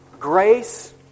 Grace